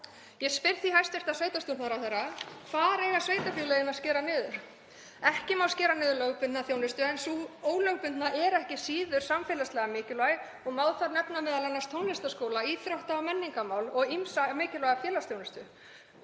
Ég spyr því hæstv. sveitarstjórnarráðherra: Hvar eiga sveitarfélögin að skera niður? Ekki má skera niður lögbundna þjónustu en sú ólögbundna er ekki síður samfélagslega mikilvæg og má þar nefna m.a. tónlistarskóla, íþrótta- og menningarmál og ýmsa mikilvæga félagsþjónustu.